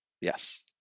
Yes